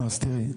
אז תראי,